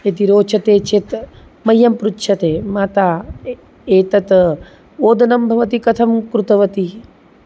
यदि रोचते चेत् मह्यं पृच्छते माता एतत् ओदनं भवती कथं कृतवती